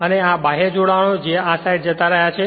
અને આ તે બાહ્ય જોડાણો છે જે આ સાઈડ જતાં રહ્યા છે